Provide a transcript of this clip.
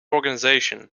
organization